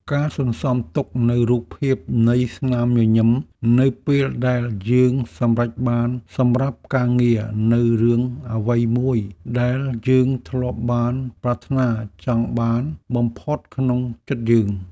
ការសន្សំទុកនូវរូបភាពនៃស្នាមញញឹមនៅពេលដែលយើងសម្រេចបានសម្រាប់ការងារនូវរឿងអ្វីមួយដែលយើងធ្លាប់បានប្រាថ្នាចង់បានបំផុតក្នុងចិត្តយើង។